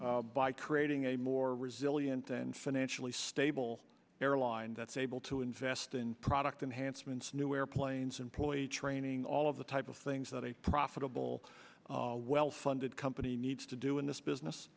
first by creating a more resilient and financially stable airline that's able to invest in product enhancements new airplanes employee training all of the type of things that a profitable well funded company needs to do in this business